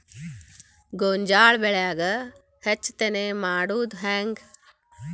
ಗೋಂಜಾಳ ಬೆಳ್ಯಾಗ ಹೆಚ್ಚತೆನೆ ಮಾಡುದ ಹೆಂಗ್?